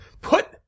Put